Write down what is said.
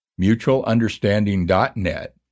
mutualunderstanding.net